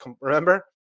remember